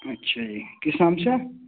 اچھا جی کس نام سے